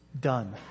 done